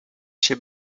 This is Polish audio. się